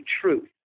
truth